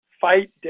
fight